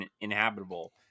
inhabitable